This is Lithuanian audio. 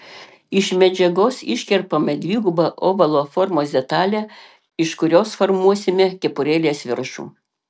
iš medžiagos iškerpame dvigubą ovalo formos detalę iš kurios formuosime kepurėlės viršų